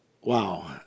wow